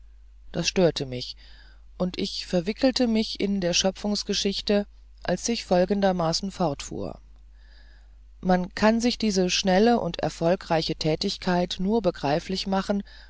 das störte mich und ich verwickelte mich in der schöpfungsgeschichte als ich folgendermaßen fortfuhr man kann sich diese schnelle und erfolgreiche tätigkeit nur begreiflich machen